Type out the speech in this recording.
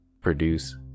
produce